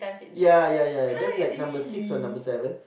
ya ya ya that's like number six or number seven